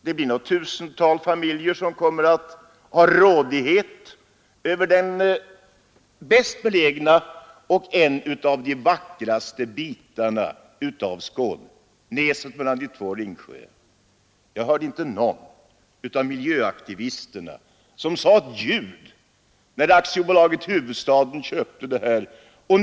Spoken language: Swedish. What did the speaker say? Det blir något tusental familjer som kommer att ha rådighet över en av de bäst belägna och vackraste bitarna av Skåne, näset mellan de två Ringsjöarna. Jag hörde inte någon av miljöaktivisterna säga ett ljud när Fastighets AB Hufvudstaden köpte detta område.